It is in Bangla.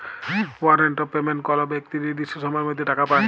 ওয়ারেন্ট অফ পেমেন্ট কল বেক্তি লির্দিষ্ট সময়ের মধ্যে টাকা পায়